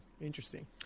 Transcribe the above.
Interesting